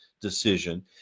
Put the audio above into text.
decision